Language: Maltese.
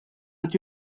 qed